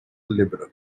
liberal